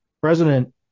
President